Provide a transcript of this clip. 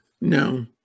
no